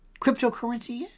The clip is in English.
cryptocurrency